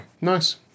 nice